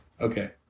Okay